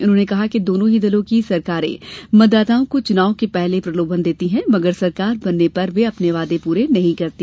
उन्होंने कहा कि दोनों ही दलों की सरकारे मतदाताओं को चुनाव के पहले प्रलोभन देती हैं मगर सरकार बनने पर वे अपने वादे पूरे नहीं करती